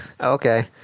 okay